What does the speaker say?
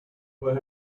where